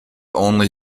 only